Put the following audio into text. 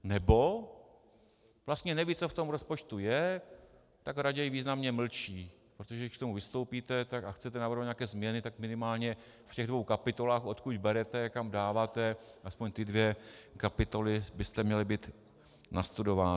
Nebo vlastně nevědí, co v tom rozpočtu je, tak raději významně mlčí, protože když k tomu vystoupíte a chcete navrhovat nějaké změny, tak minimálně v těch dvou kapitolách, odkud berete a kam dáváte, aspoň ty dvě kapitoly byste měli mít nastudovány.